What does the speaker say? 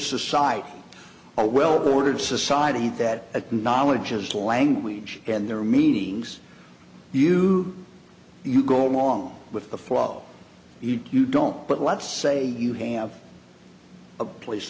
society a well ordered society that a knowledge is language and their meanings you you go along with the flow e q don't but let's say you have a police